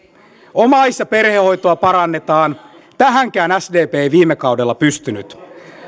omais ja perhehoitoa parannetaan tähänkään sdp ei viime kaudella pystynyt